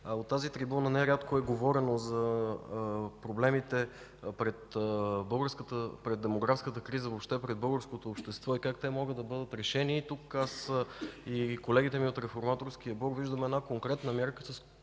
От тази трибуна нерядко е говорено за проблемите пред демографската криза, пред българското общество и как те могат да бъдат решени. Тук аз и колегите ми от Реформаторския блок виждаме една конкретна мярка